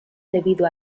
debido